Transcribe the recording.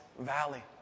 valley